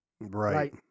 Right